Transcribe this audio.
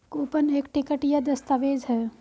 coupon एक ticket या दस्तावेज़ है